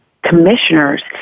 Commissioners